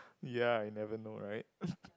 ya I never know right